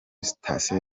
sitasiyo